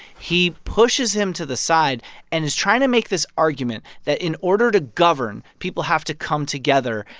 he pushes him to the side and is trying to make this argument that in order to govern, people have to come together.